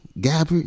Gabbard